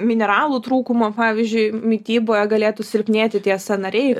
mineralų trūkumo pavyzdžiui mityboje galėtų silpnėti tie sąnariai